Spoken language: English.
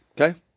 Okay